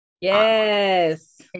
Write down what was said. Yes